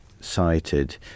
cited